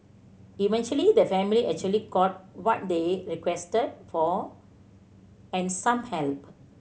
eventually the family actually got what they requested for and some help